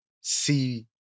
see